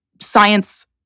Science